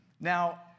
Now